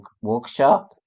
Workshop